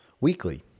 weekly